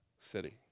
city